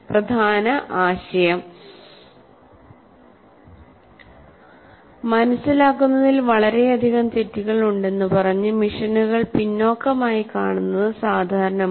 പ്രധാന ആശയം മനസിലാക്കുന്നതിൽ വളരെയധികം തെറ്റുകൾ ഉണ്ടെന്ന് പറഞ്ഞ് മിഷനുകൾ പിന്നോക്കമായി കാണുന്നത് സാധാരണമാണ്